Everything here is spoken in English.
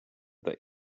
that